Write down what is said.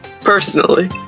Personally